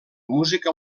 música